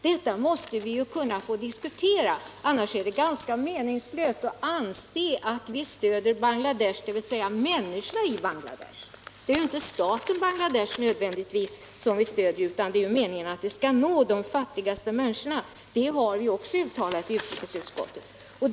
Detta måste vi få diskutera, annars är det ganska meningslöst att anse att vi stöder Bangladesh, dvs. människorna i Bangladesh. Det är ju inte nödvändigtvis staten Bangladesh som vi stöder, utan det är meningen att stödet skall nå de fattigaste människorna. Det har utrikesutskottet också uttalat.